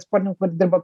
sportininkų kur dirba